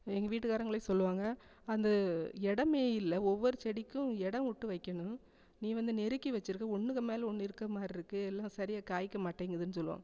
எங்கள் வீட்டுக்காரங்களே சொல்லுவாங்க அந்த இடமே இல்லை ஒவ்வொரு செடிக்கும் இடம் விட்டு வைக்கணும் நீ வந்து நெறிக்கு வச்சுருக்க ஒன்றுக்கு மேலே ஒன்று இருக்க மாதிரிருக்கு எல்லாம் சரியாக காய்க்க மாட்டிங்கிதுன்னு சொல்லுவாங்க